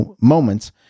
moments